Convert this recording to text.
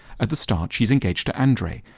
at the start she's engaged to andrei,